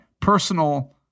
personal